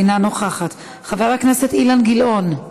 אינה נוכחת, חבר הכנסת אילן גילאון,